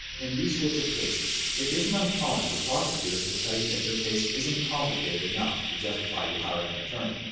in these sorts of cases, it isn't uncommon for prosecutors to tell you that your case isn't complicated enough to justify you hiring an attorney.